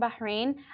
Bahrain